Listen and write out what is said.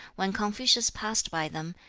when confucius passed by them,